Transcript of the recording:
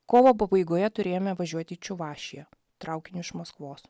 kovo pabaigoje turėjome važiuoti į čiuvašiją traukiniu iš maskvos